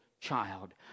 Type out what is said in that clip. child